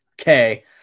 Okay